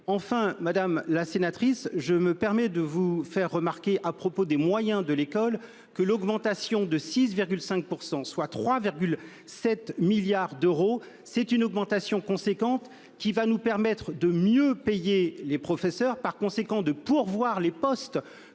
Enfin, madame la sénatrice, je me permets de vous faire remarquer à propos des moyens de l'école que la hausse de 6,5 % du budget, soit 3,7 milliards d'euros, constitue une augmentation considérable, qui nous permettra de mieux payer les professeurs et, par conséquent, de pourvoir les postes